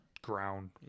ground